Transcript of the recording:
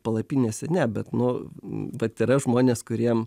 palapinėse ne bet nu vat yra žmonės kuriem